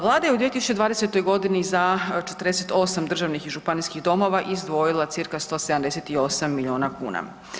Vlada je u 2020.g. za 48 državnih i županijskih domova izdvojila cca. 178 milijuna kuna.